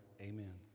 Amen